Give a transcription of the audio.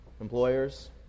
employers